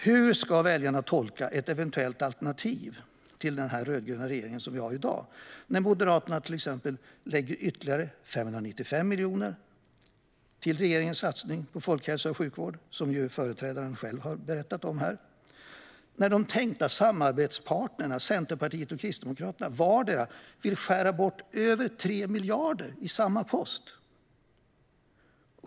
Hur ska väljarna tolka ett eventuellt alternativ till den rödgröna regeringen när Moderaterna lägger ytterligare 595 miljoner till regeringens satsning på folkhälsa och sjukvård när de tänkta samarbetsparterna Centerpartiet och Kristdemokraterna vardera vill skära bort över 3 miljarder på samma post?